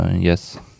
yes